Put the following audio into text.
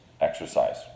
exercise